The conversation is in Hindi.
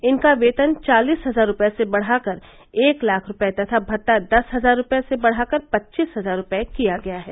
इनका वेतन चालीस हजार रूपये से बढ़ाकर एक लाख रुपये तथा भत्ता दस हजार रूपये से बढ़ाकर पच्चीस हजार रूपये किया गया है